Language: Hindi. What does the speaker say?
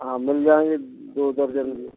हाँ मिल जाएंगे दो दर्जन भी